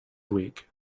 week